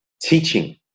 teaching